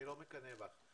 אני לא מקנא בך.